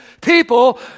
people